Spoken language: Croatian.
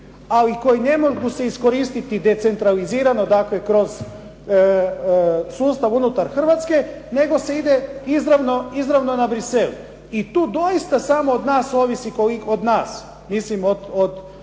ali koji se ne mogu iskoristiti decentralizirano, dakle kroz sustav unutar Hrvatske, nego se ide izravno na Bruxelles. I tu doista samo od nas ovisi koliko, od nas, mislim od